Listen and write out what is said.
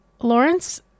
Lawrence